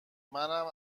منم